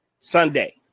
Sunday